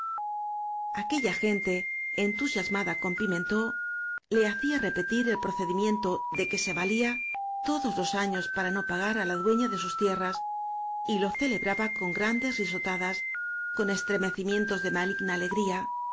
aquella gente entusiasmada con pimentó le hacía repetir el procedimiento de que se valía todos los años para no pagar á la dueña desús tierras y lo celebraba con grandes risota das con estremecimientos de maligna alegría